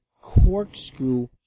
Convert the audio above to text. Corkscrew